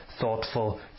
thoughtful